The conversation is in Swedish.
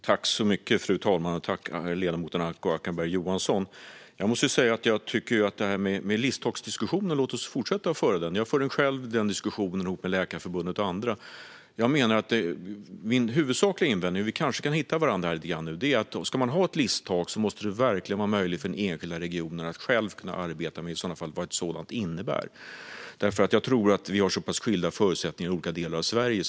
Fru talman! Jag tackar ledamoten Acko Ankarberg Johansson. Låt oss fortsätta att föra listtaksdiskussionen - jag för den själv med Läkarförbundet och andra - så kanske vi kan hitta varandra lite grann. Om man ska ha ett listtak måste varje enskild region själv få bestämma vad ett sådant innebär, för vi har skilda förutsättningar i olika delar av Sverige.